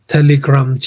Telegram